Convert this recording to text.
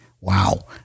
wow